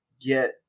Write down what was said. get